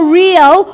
real